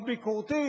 הביקורתית,